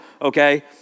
okay